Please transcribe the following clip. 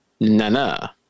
Nana